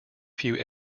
few